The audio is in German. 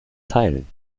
teilen